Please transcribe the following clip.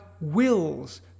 wills